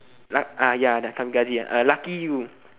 luck ah ya the one ah lucky you